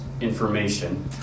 information